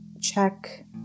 check